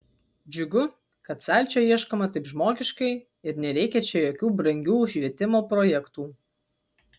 džiugu kad sąlyčio ieškoma taip žmogiškai ir nereikia čia jokių brangių švietimo projektų